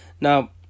now